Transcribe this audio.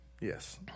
Yes